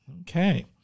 Okay